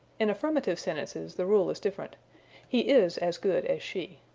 in affirmative sentences the rule is different he is as good as she.